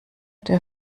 der